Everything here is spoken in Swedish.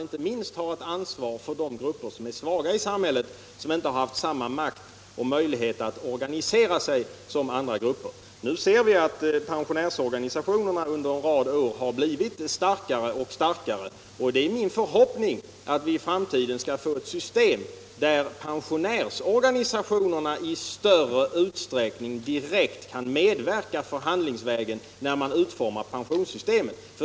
Inte minst har man ett ansvar för de grupper som är svaga i samhället, grupper som inte haft samma makt och möjlighet som andra att organisera sig. Nu har emellertid pensionärsorganisationerna under en rad år blivit starkare och starkare, och det är min förhoppning att vi i framtiden skall få ett system som gör det möjligt för pensionärsorganisationerna att i större utsträckning än tidigare förhandlingsvägen medverka vid utformningen av pensionssystemet.